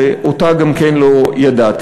שאותה גם כן לא ידעתי,